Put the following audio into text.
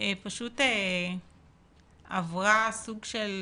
פשוט עברה סוג של